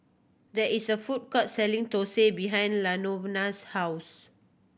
there is a food court selling thosai behind Lanovona's house